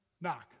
knock